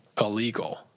illegal